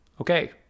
Okay